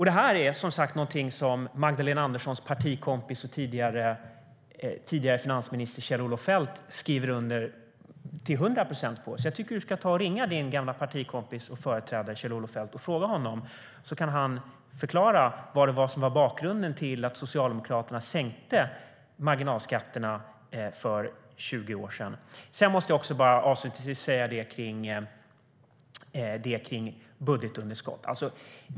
Det här är som sagt något som Magdalena Anderssons partikompis och tidigare finansminister Kjell-Olof Feldt skriver under på till hundra procent. Jag tycker att hon ska ringa sin gamla partikompis och företrädare Kjell-Olof Feldt, så kan han förklara vad som var bakgrunden till att Socialdemokraterna sänkte marginalskatterna för 20 år sedan. Avslutningsvis måste jag bara säga något om detta med budgetunderskott.